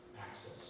access